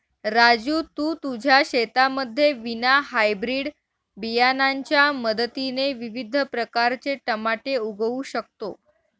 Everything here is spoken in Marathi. राजू तू तुझ्या शेतामध्ये विना हायब्रीड बियाणांच्या मदतीने विविध प्रकारचे टमाटे उगवू शकतो